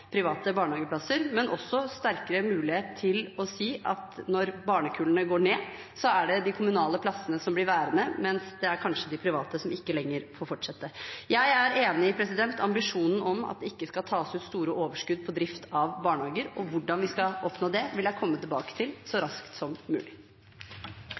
private barnehageplasser, men også sterkere mulighet til å si at når barnekullene går ned, er det de kommunale plassene som blir værende, mens de private kanskje ikke lenger får fortsette. Jeg er enig i ambisjonen om at det ikke skal tas ut store overskudd på drift av barnehager, og hvordan vi skal oppnå det, vil jeg komme tilbake til så